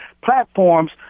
platforms